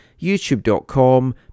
youtube.com